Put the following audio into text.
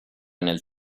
nel